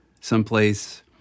someplace